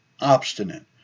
obstinate